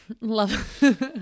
Love